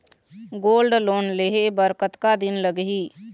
Gold loan लेहे बर कतका दिन लगही?